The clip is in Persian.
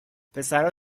پسرا